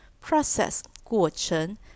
process,过程